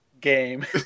game